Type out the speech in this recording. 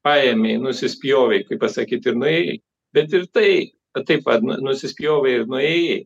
paėmei nusispjovei kaip pasakyt ir nuėjai bet ir tai kad taip va nu nusispjovei ir nuėjai